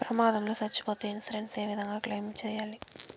ప్రమాదం లో సచ్చిపోతే ఇన్సూరెన్సు ఏ విధంగా క్లెయిమ్ సేయాలి?